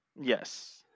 Yes